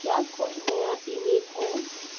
क्या कोई नया ईमेल है